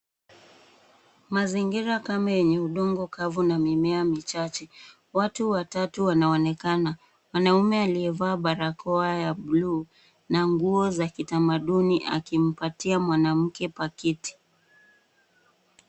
Mazingira kame yenye udongo kavu na mimea michache. Watu watatu wanaonekana. Mwanaume aliyevaa barakoa ya bluu na nguo za kitamaduni akimpatia mwanamke pakiti.